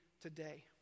today